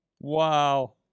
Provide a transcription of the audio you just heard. Wow